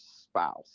spouse